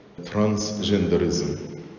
transgenderism